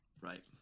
Right